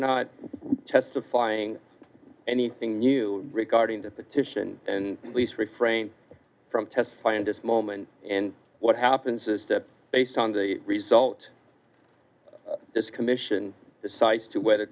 not testifying anything you regarding the petition and least refrain from testifying this moment and what happens is that based on the result this commission cites to whether